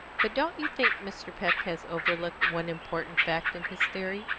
but don't you think mr. peck has overlooked one important fact in his theory?